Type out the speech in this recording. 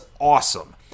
awesome